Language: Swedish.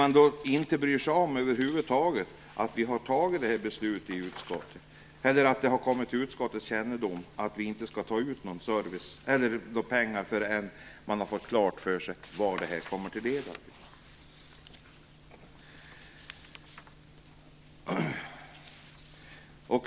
Man bryr sig över huvud taget inte om att det har kommit utskottets kännedom att man inte skall ta ut några pengar förrän man har fått klart för sig vad det kommer att leda till.